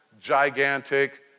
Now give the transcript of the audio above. gigantic